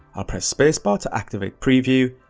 i'll press space bar to activate preview,